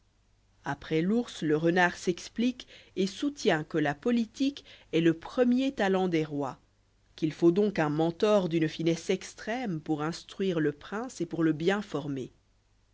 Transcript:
après l'ours le renard s'explique et soutient que là politique est le premier talent dés rois qu'il faut donc un mentor d'une finesse extrême pour instruire le prince et pour le bien former